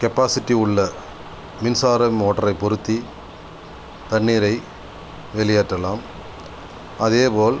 capacity உள்ள மின்சார மோட்டரை பொருத்தி தண்ணீரை வெளியேற்றலாம் அதேபோல்